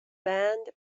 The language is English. band